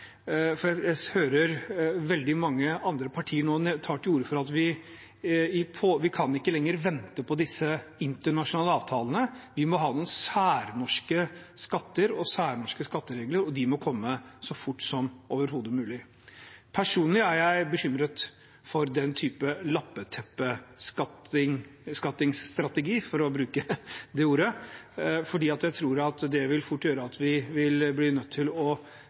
jeg veldig mange andre partier ta til orde for at vi ikke lenger kan vente på disse internasjonale avtalene, at vi må ha noen særnorske skatter og særnorske skatteregler, og at de må komme så fort som overhodet mulig. Personlig er jeg bekymret for den type «lappeteppe-skattestrategi», for å bruke det ordet, for jeg tror det fort vil gjøre at vi vil bli nødt til å